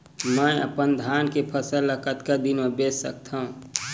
मैं अपन धान के फसल ल कतका दिन म बेच सकथो?